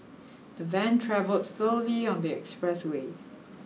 the van travelled slowly on the expressway